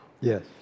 Yes